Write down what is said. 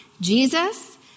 Jesus